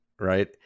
right